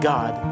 God